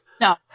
No